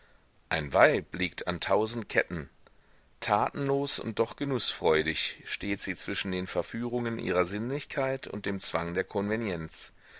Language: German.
ein weib liegt an tausend ketten tatenlos und doch genußfreudig steht sie zwischen den verführungen ihrer sinnlichkeit und dem zwang der konvenienz